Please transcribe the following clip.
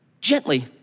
gently